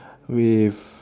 with